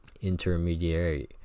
intermediary